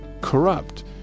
corrupt